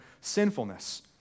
sinfulness